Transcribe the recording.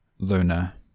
Luna